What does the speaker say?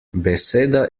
beseda